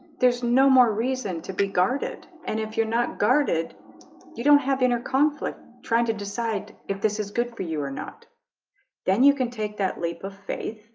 there's no more reason to be guarded and if you're not guarded you don't have inner conflict trying to decide if this is good for you or not then you can take that leap of faith